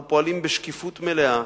אנחנו פועלים בשקיפות מלאה,